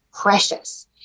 precious